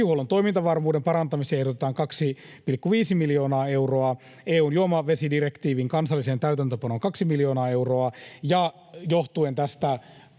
Vesihuollon toimintavarmuuden parantamiseen ehdotetaan 2,5 miljoonaa euroa ja EU:n juomavesidirektiivin kansalliseen täytäntöönpanoon 2 miljoonaa euroa.